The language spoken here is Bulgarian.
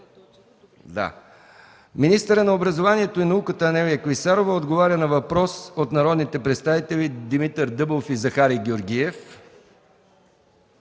министъра на образованието и науката Анелия Клисарова на въпрос от народните представители Димитър Дъбов и Захари Георгиев;